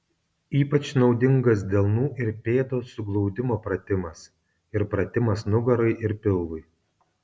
ypač naudingas delnų ir pėdų suglaudimo pratimas ir pratimas nugarai ir pilvui